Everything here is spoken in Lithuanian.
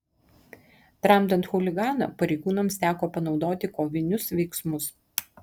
tramdant chuliganą pareigūnams teko panaudoti kovinius veiksmus